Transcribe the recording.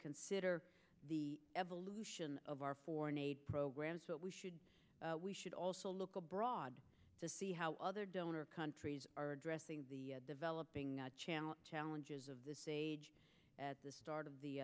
consider the evolution of our foreign aid programs but we should we should also look abroad to see how other donor countries are addressing the developing challenge challenges of this age at the start of the